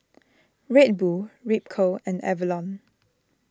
Red Bull Ripcurl and Avalon